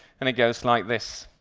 and it goes like this.